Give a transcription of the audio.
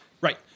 Right